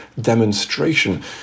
demonstration